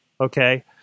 okay